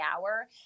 hour